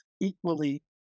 equally